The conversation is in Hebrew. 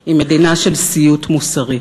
היא מדינה של סיוט מוסרי,